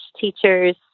teachers